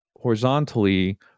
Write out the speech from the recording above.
horizontally